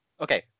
Okay